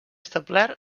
establert